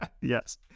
Yes